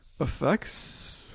effects